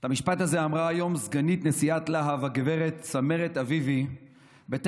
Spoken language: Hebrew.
את המשפט הזה אמרה היום סגנית נשיאת לה"ב הגב' צמרת אביבי בטקס